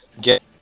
get